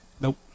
Nope